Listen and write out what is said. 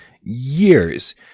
Years